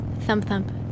thump-thump